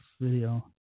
video